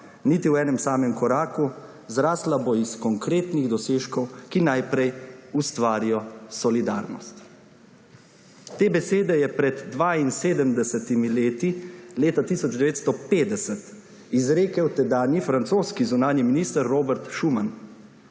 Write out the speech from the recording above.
niti v enem samem koraku. Zrasla bo iz konkretnih dosežkov, ki najprej ustvarijo solidarnost.« Te besede je pred 72 leti, leta 1950 izrekel tedanji francoski zunanji minister Robert Schuman.